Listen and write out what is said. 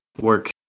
work